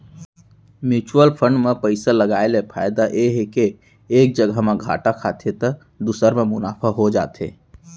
mutual fund म पइसा लगाय ले फायदा ये हे के एक जघा म घाटा खाथे त दूसर म मुनाफा हो जाथे